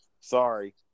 Sorry